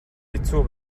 хэцүү